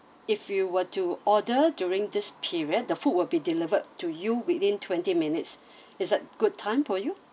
if you were to order during this period the food will be delivered to you within twenty minutes is that good time for you